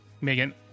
Megan